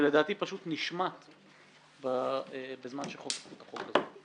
שלדעתי נשמט בזמן שחוקקו את החוק הזה.